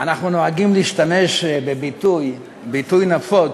אנחנו נוהגים להשתמש בביטוי, ביטוי נפוץ,